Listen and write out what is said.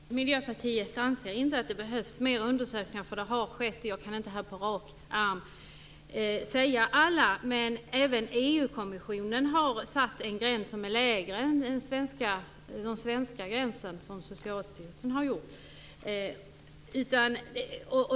Fru talman! Miljöpartiet anser inte att det behövs mer undersökningar, eftersom det har gjorts flera. Jag kan inte nämna alla här på rak arm. Även EU kommissionen har satt en gräns som är lägre än den svenska som Socialstyrelsen har satt.